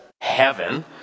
heaven